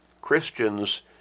Christians